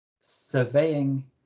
surveying